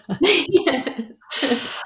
Yes